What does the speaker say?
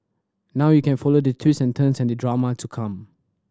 now you can follow the twists and turns and the drama to come